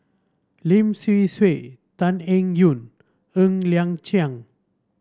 Lim Swee Sui Tan Eng Yoon Ng Liang Chiang